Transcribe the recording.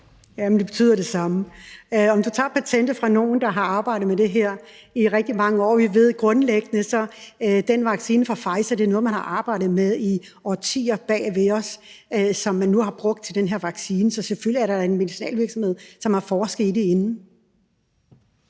Jamen det betyder det samme, altså om du tager patentet fra nogen, der har arbejdet med det her i rigtig mange år. Vi ved grundlæggende, at vaccinen fra Pfizer er noget, som man har arbejdet med i årtier, og som man nu har brugt til den her vaccine. Så selvfølgelig er der da en medicinalvirksomhed, som har forsket i det forinden.